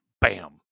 Bam